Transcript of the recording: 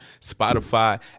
Spotify